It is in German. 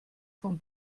von